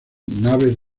naves